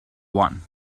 one